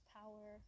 power